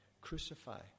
crucify